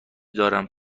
دارم